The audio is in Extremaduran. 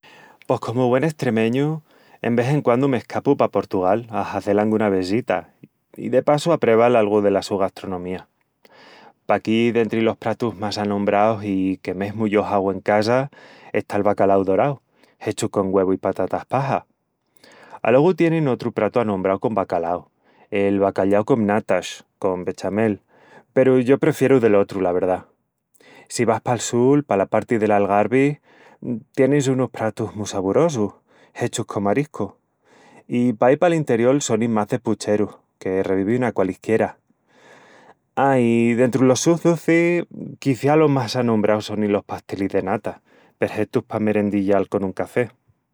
Pos comu güen estremeñu, en ves en quandu m'escapu pa Portugal a hazel anguna vesita i de passu a preval algu dela su gastronomía. Paquí, dentri los pratus más anombraus i que mesmu yo hagu en casa está el bacalau dorau, hechu con güevu i patatas paja. Alogu tienin otru pratu anombrau con bacalau, el "bacalhau com natas", con bechamel, peru yo prefieru del otru, la verdá... Si vas pal sul, pala parti del Algarvi, tienis unus pratus mu saborosus hechus con mariscu. I paí pal interiol, sonin más de pucherus, que revivin a qualisquiera. A, i dentri los sus ducis, quiciás los más anombraus sonin los pastelis de nata, perhetus pa merendillal con un café.